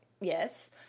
yes